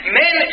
men